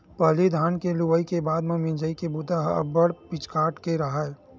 पहिली धान के लुवई के बाद म मिंजई के बूता ह अब्बड़ पिचकाट के राहय